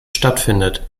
stattfindet